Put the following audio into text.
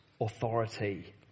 authority